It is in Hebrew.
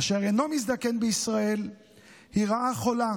אשר אינו מזדקן בישראל היא רעה חולה